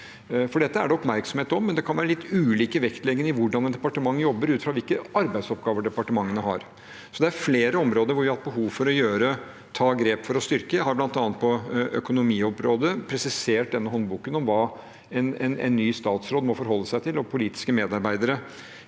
Dette er det oppmerksomhet om. Det kan være litt ulik vektlegging av hvordan et departement jobber, ut fra hvilke arbeidsoppgaver departementet har. Det er flere områder hvor vi har hatt behov for å ta grep for å styrke. Jeg har bl.a. på økonomiområdet i denne håndboken presisert hva en ny statsråd må forholde seg til, og politiske medarbeidere